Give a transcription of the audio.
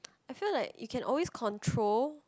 I feel like it can always control